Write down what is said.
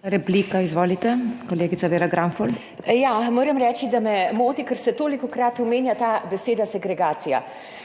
Replika, izvolite, kolegica Vera Granfol. **VERA GRANFOL (PS Svoboda):** Moram reči, da me moti, ker se tolikokrat omenja ta beseda segregacija.